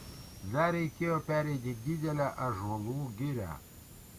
dar reikėjo pereiti didelę ąžuolų girią